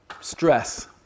stress